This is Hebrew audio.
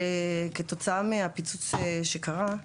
שכתוצאה מהפיצוץ שקרה,